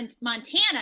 Montana